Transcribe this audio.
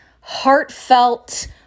heartfelt